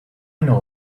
know